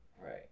Right